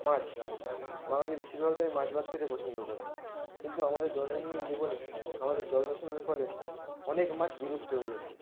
মাছ বাঙালি বেশিরভাগটাই মাছ ভাত খেতে পছন্দ করে কিন্তু আমাদের দৈনন্দিন জীবনে আমাদের জল দূষণের ফলে অনেক মাছ বিলুপ্ত হয়ে যাচ্ছে